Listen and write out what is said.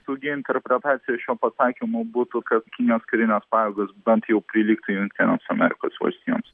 tokia interpretcija šio pasakymo būtų kad kinijos karinės pajėgos bent jau prilygtų jungtinėms amerikos valstijoms